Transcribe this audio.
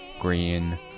green